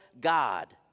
God